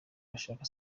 bashaka